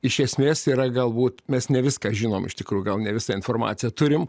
iš esmės yra galbūt mes ne viską žinom iš tikrų gal ne visą informaciją turim